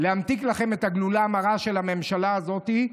להמתיק לכם את הגלולה המרה של הממשלה הזאת,